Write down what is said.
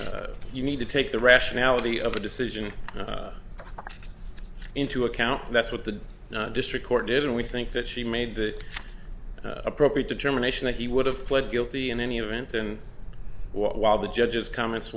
that you need to take the rationality of the decision into account that's what the district court did and we think that she made the appropriate determination that he would have pled guilty in any event and while the judge's comments